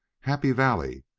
happy valley.